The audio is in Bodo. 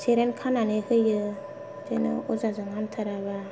जेरेम खानानै होयो बिदिनो अजाजों हामथाराबा